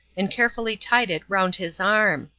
and carefully tied it round his arm.